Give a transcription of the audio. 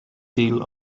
deal